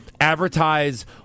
advertise